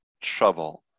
trouble